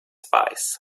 spies